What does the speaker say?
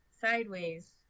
sideways